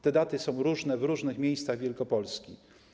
Te daty są różne w różnych miejscach Wielkopolski.